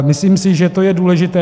Myslím si, že to je důležité.